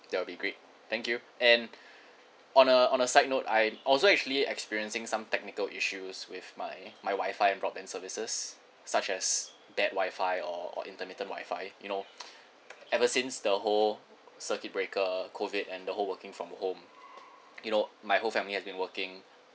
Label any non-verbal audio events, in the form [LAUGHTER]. that'll be great thank you and on a on a side note I also actually experiencing some technical issues with my my WI-FI and broadband services such as bad WI-FI or or intermittent WI-FI you know [NOISE] ever since the whole circuit breaker COVID and the whole working from home you know my whole family has been working